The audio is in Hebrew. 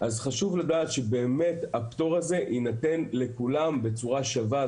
חשוב לדעת שבאמת הפטור הזה יינתן לכולם בצורה שווה.